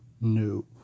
no